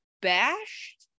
bashed